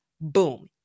Boom